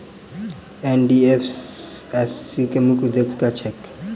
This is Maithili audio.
एन.डी.एफ.एस.सी केँ मुख्य उद्देश्य की छैक?